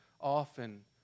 often